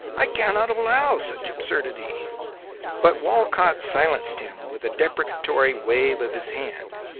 i cannot allow such absurdity but walcott silenced him with a deprecatory wave of his hand,